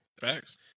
Facts